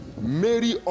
Mary